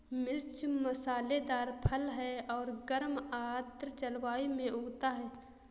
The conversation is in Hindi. मिर्च मसालेदार फल है और गर्म आर्द्र जलवायु में उगता है